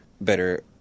better